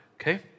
okay